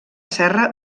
serra